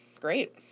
great